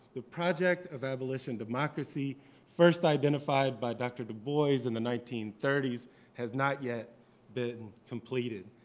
the project of abolition democracy first identified by dr dubois in the nineteen thirty s has not yet been completed.